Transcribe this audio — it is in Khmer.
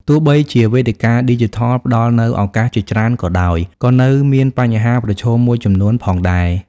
ទោះបីជាវេទិកាឌីជីថលផ្តល់នូវឱកាសជាច្រើនក៏ដោយ ក៏នៅមានបញ្ហាប្រឈមមួយចំនួនផងដែរ។